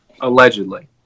Allegedly